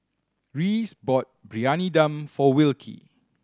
Rhys bought Briyani Dum for Wilkie